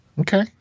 Okay